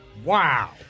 wow